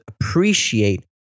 appreciate